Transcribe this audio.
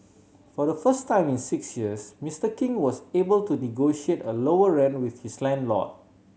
for the first time in six years Mister King was able to negotiate a lower rent with his landlord